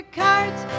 cards